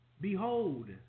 behold